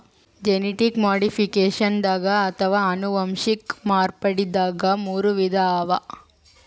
genetic ಮಾಡಿಫಿಕೇಷನ್ದಾಗ್ ಅಥವಾ ಅನುವಂಶಿಕ್ ಮಾರ್ಪಡ್ದಾಗ್ ಮೂರ್ ವಿಧ ಅವಾ